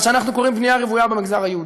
שאנחנו קוראים בנייה רוויה במגזר היהודי.